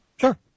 Sure